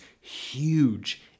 huge